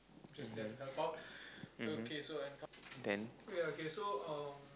mmhmm mmhmm then